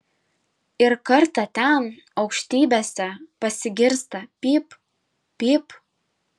ir kartą ten aukštybėse pasigirsta pyp pyp